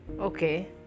okay